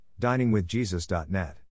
diningwithjesus.net